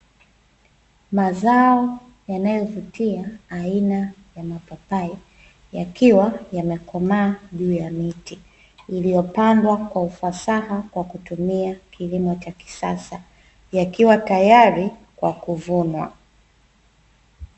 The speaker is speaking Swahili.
Mazao yanayovutia aina ya mapapai, yakiwa yamekomaa juu ya miti iliyopandwa kwa ufasaha kwa kutumia kilimo cha kisasa yakiwa tayari kwa kuvunwa.